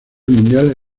mundial